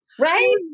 Right